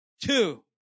Two